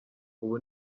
ubu